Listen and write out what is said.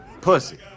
Pussy